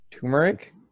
Turmeric